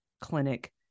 Clinic